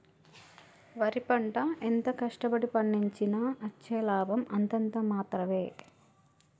వరి పంట ఎంత కష్ట పడి పండించినా అచ్చే లాభం అంతంత మాత్రవే